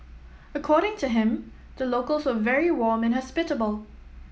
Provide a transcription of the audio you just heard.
according to him the locals were very warm and hospitable